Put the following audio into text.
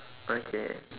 okay